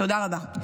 תודה רבה.